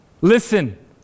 Listen